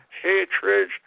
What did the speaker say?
hatred